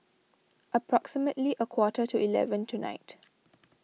approximately a quarter to eleven tonight